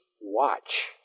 watch